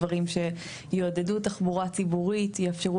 דברים שיעודדו תחבורה ציבורית ויאפשרו